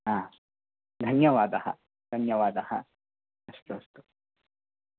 हा धन्यवादः धन्यवादः अस्तु अस्तु